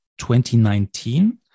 2019